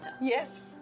Yes